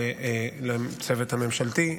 לצוות הממשלתי,